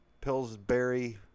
Pillsbury